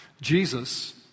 Jesus